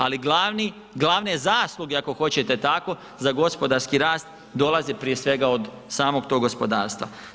Ali glavne zasluge ako hoćete tako za gospodarski rast dolazi prije svega od samog tog gospodarstva.